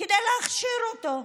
כדי להכשיר אותו.